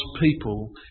people